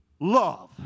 love